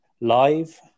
live